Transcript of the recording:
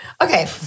Okay